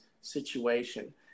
situation